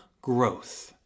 growth